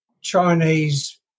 Chinese